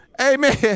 amen